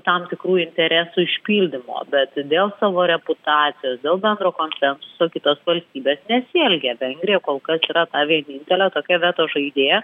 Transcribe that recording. tam tikrų interesų išpildymo bet dėl savo reputacijos dėl bendro konsensuso su kitos valstybės nesielgia vengrija kol kas yra ta vienintelė tokia veto žaidėja